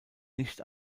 nicht